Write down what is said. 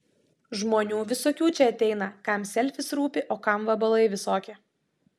žmonių visokių čia ateina kam selfis rūpi o kam vabalai visokie